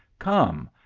come,